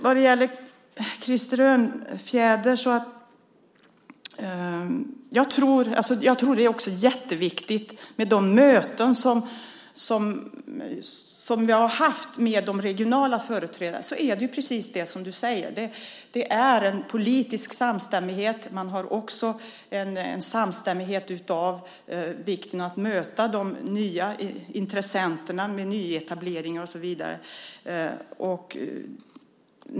Vad gäller Krister Örnfjäder tror jag att det är jätteviktigt med de möten som vi har haft med de regionala företrädarna. Det är precis som du säger. Det är en politisk samstämmighet. Man har också en samstämmighet när det gäller vikten av att möta de nya intressenterna med nyetableringar och så vidare.